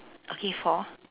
okay four